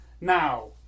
Now